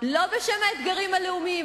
לא בשם האתגרים הלאומיים,